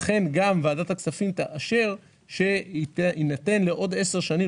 אכן גם ועדת הכספים תאשר שיינתן לעוד 10 שנים.